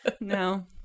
No